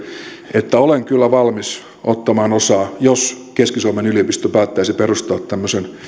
että olen kyllä valmis ottamaan osaa jos keski suomen yliopisto päättäisi perustaa tämmöisen